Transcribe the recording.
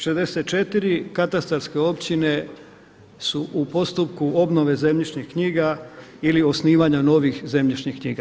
64 katastarske općine su u postupku obnove zemljišnih knjiga ili osnivanja novih zemljišnih knjiga.